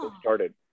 started